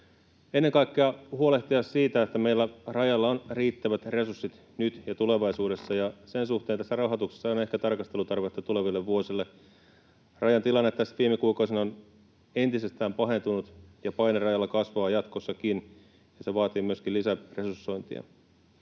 ennen kaikkea huolehtia siitä, että meillä Rajalla on riittävät resurssit nyt ja tulevaisuudessa, ja sen suhteen tässä rahoituksessa on ehkä tarkastelutarvetta tuleville vuosille. Rajan tilanne tässä viime kuukausina on entisestään pahentunut, ja paine rajalla kasvaa jatkossakin. Se vaatii myöskin lisäresursointia.